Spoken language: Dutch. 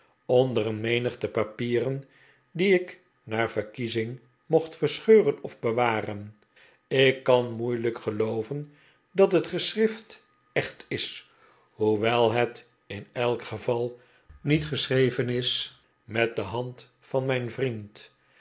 onder een menigte papieren die ik naar verkiezing mocht verscheuren of bewaren ik kan moeilijk gelooven dat het geschrift echt is hoewel het in elk geval niet geschreven is met de hand van mijn vriend